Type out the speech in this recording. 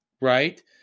Right